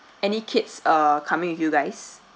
any kids are coming with you guys